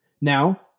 Now